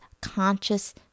conscious